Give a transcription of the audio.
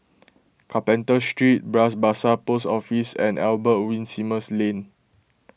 Carpenter Street Bras Basah Post Office and Albert Winsemius Lane